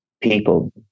people